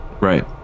right